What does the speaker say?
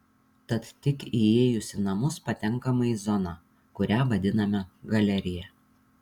tad tik įėjus į namus patenkama į zoną kurią vadiname galerija